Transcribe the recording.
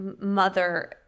Mother